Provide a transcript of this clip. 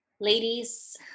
ladies